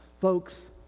Folks